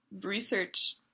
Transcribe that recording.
research